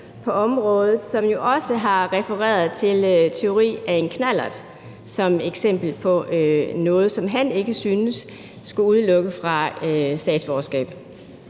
på området, som jo også har refereret til tyveri af en knallert som eksempel på noget, som han ikke synes skulle udelukke en fra statsborgerskab.